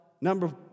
Number